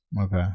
Okay